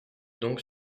donc